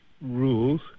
rules